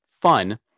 fun